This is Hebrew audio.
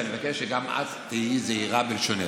ואני מבקש שגם את תהיי זהירה בלשונך.